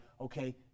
Okay